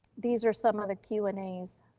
these are some other q and a's.